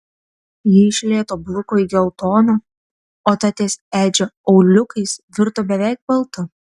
ji iš lėto bluko į geltoną o ta ties edžio auliukais virto beveik balta